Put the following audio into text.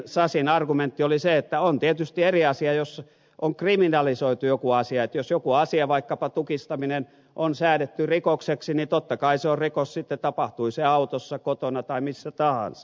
sasin argumentti oli se että on tietysti eri asia jos on kriminalisoitu joku asia että jos joku asia vaikkapa tukistaminen on säädetty rikokseksi niin totta kai se sitten on rikos tapahtui se autossa kotona tai missä tahansa